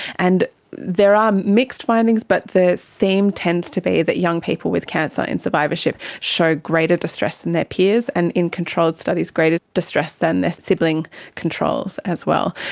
and there are mixed findings but the theme tends to be that young people with cancer in survivorship show greater distress than their peers, and in control studies, greater distress than their sibling controls as well.